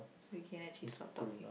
so we can actually stop talking